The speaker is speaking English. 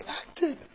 acted